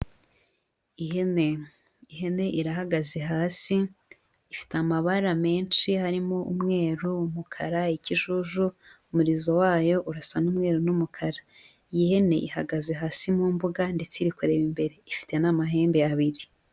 Ihene, ihene irahagaze hasi, ifite amabara menshi harimo umweru, umukara, ikijuju, umurizo wayo urasa n'umweru n'umukara, iyi ihene ihagaze hasi mu mbuga ndetse iri kureba imbere, ifite n'amahembe abiri.